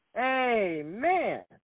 Amen